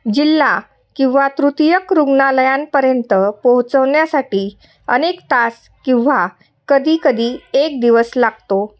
जिल्हा किंवा तृतीयक रुग्णालयांपर्यंत पोहोचवन्यासाठी अनेक तास किंव्हा कधीकधी एक दिवस लागतो